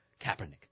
Kaepernick